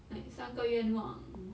like 三个愿望